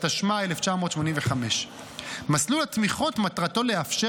התשמ"ה 1985. מסלול התמיכות מטרתו לאפשר